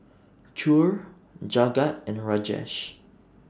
Choor Jagat and Rajesh